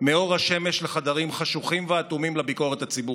מאור השמש לחדרים חשוכים ואטומים לביקורת הציבורית.